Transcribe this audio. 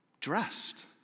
Dressed